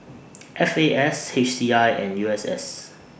F A S H C I and U S S